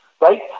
right